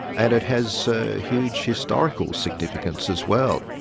and it has a huge historical significance as well.